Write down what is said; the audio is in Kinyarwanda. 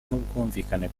n’ubwumvikane